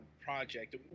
project